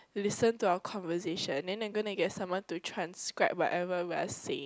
listen to our conversation then they are gonna get someone to transcript whatever we are saying